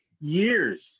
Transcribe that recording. years